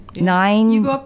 Nine